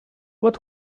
what